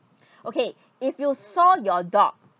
okay if you saw your dog